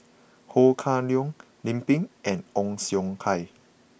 Ho Kah Leong Lim Pin and Ong Siong Kai